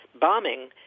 bombing